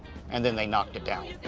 and then they knocked it down.